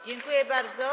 Dziękuję bardzo.